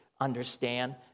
understand